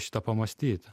šitą pamąstyt